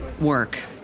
work